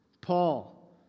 Paul